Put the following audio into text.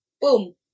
Boom